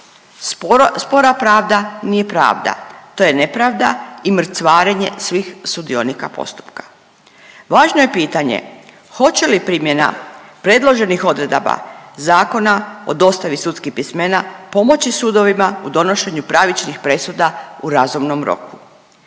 Spora pravda nije pravda, to je nepravda i mrcvarenje svih sudionika postupka. Važno je pitanje hoće li primjena predloženih odredaba Zakona o dostavi sudskih pismena pomoći sudovima u donošenju pravičnih presuda u razumnom roku.